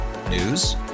News